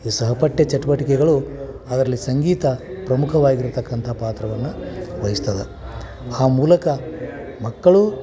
ಈ ಸಹಪಠ್ಯ ಚಟುವಟಿಕೆಗಳು ಅದರಲ್ಲಿ ಸಂಗೀತ ಪ್ರಮುಖವಾಗಿರತಕ್ಕಂಥ ಪಾತ್ರವನ್ನು ವಹಿಸ್ತದೆ ಆ ಮೂಲಕ ಮಕ್ಕಳೂ